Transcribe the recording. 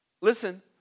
Listen